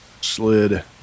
slid